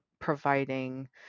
providing